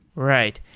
right.